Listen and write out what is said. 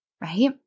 right